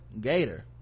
gator